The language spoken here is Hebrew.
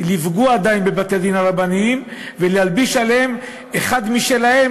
לפגוע עדיין בבתי-הדין הרבניים ולהלביש עליהם אחד משלהם,